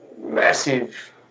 massive